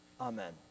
Amen